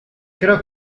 creo